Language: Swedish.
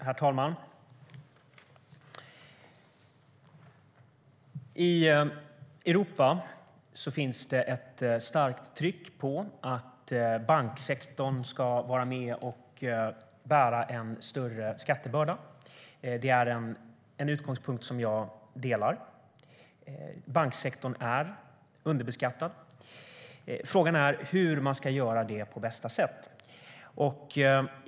Herr talman! I Europa finns ett starkt tryck på att banksektorn ska vara med och bära en större skattebörda. Det är en utgångspunkt som jag delar. Banksektorn är underbeskattad. Frågan är hur man ska göra det på bästa sätt.